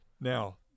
now